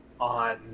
on